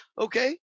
Okay